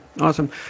Awesome